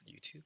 YouTube